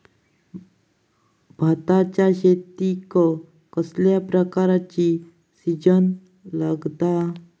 भाताच्या शेतीक कसल्या प्रकारचा सिंचन लागता?